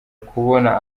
kubona